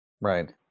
right